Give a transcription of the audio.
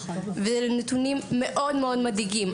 אלה נתונים מאוד מאוד מדאיגים,